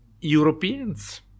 Europeans